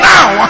Now